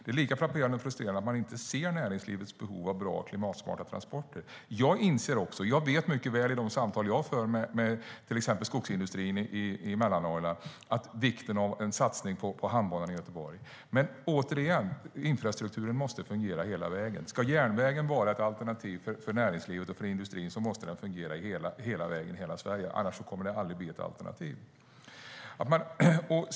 Det är lika frapperande och frustrerande att man inte ser näringslivets behov av bra och klimatsmarta transporter. Jag vet mycket väl, efter de samtal jag för med till exempel skogsindustrin i Mellannorrland, vikten av en satsning på Hamnbanan i Göteborg. Men återigen måste infrastrukturen fungera hela vägen. Ska järnvägen vara ett alternativ för näringslivet och för industrin måste den fungera hela vägen i hela Sverige - annars kommer den aldrig att bli ett alternativ.